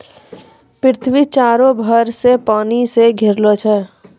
पृथ्वी चारु भर से पानी से घिरलो छै